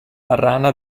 rana